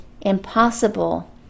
impossible